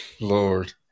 Lord